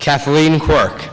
kathleen cork